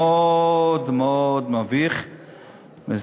מאוד מאוד מביכה,